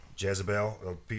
Jezebel